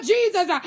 Jesus